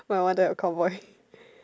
my wonder a cowboy